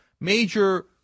major